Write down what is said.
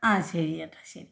ആ ശരിയേട്ടാ ശരി